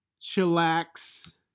chillax